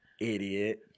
Idiot